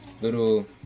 Little